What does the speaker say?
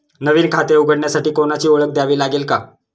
नवीन खाते उघडण्यासाठी कोणाची ओळख द्यावी लागेल का?